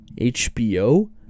HBO